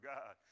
God